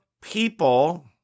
people